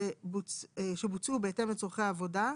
שבוצעו בהתאם לצרכי העבודה,